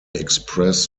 express